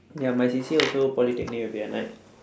ya my C_C_A also polytechnic will be at night